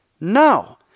No